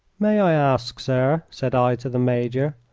may i ask, sir, said i to the major,